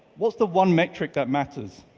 what's the one metric that matters?